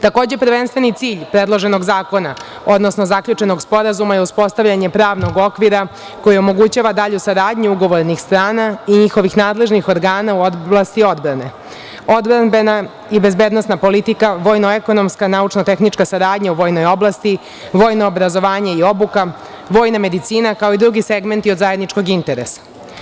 Takođe, prvenstveni cilj predloženog zakona, odnosno zaključenog Sporazuma je uspostavljanje pravnog okvira koji omogućava dalju saradnju ugovornih strana i njihovih nadležnih organa u oblasti odbrane - odbrambena i bezbednosna politika vojno-ekonomska, naučno-tehnička saradnja u vojnoj oblasti, vojno obrazovanje i obuke, vojna medicina, kao i drugi segmenti od zajedničkog interesa.